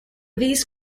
these